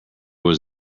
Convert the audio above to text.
was